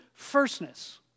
firstness